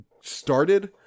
started